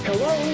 Hello